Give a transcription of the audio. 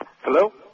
Hello